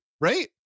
Right